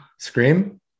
scream